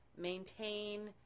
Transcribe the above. maintain